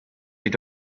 your